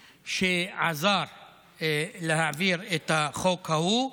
שעזר בזמנו להעביר את החוק ההוא,